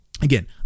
again